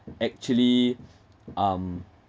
actually um